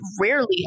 rarely